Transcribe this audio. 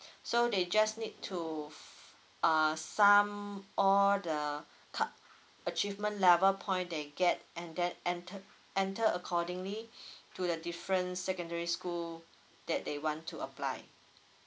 so they just need to uh sum all the cut achievement level point they get and then enter~ enter accordingly to the different secondary school that they want to apply